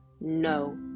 no